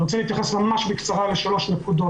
אני רוצה להתייחס ממש בקצרה לשלוש נקודות.